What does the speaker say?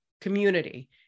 community